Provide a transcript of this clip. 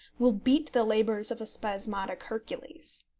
will beat the labours of a spasmodic hercules.